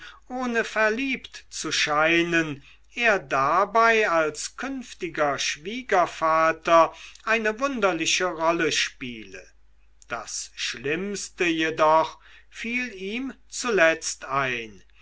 ohne verliebt zu scheinen er dabei als künftiger schwiegervater eine wunderliche rolle spiele das schlimmste jedoch fiel ihm zuletzt ein